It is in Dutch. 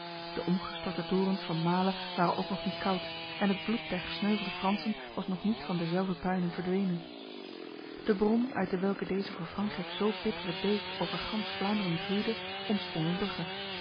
de omgestorte torens van male waren ook nog niet koud en het bloed der gesneuvelde fransen was nog niet van derzelver puinen verdwenen de bron uit dewelke deze voor frankrijk zo bittere beek over gans vlaanderen vloeide ontsprong in brugge